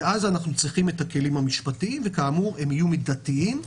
אז אנחנו צריכים את הכלים המשפטיים וכאמור הם יהיו מידתיים,